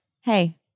hey